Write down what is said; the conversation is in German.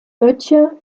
böttcher